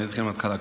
אתחיל מהתחלה.